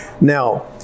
Now